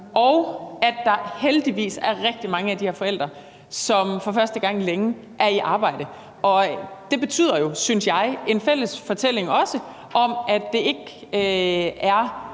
og at der heldigvis er rigtig mange af de her forældre, som for første gang længe er i arbejde. Det betyder jo også, synes jeg, at der er en fælles fortælling om, at det ikke er